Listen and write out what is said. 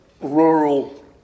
rural